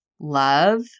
love